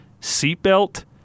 seatbelt